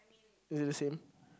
is it the same